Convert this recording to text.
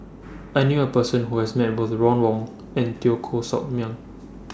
I knew A Person Who has Met Both Ron Wong and Teo Koh Sock Miang